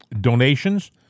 donations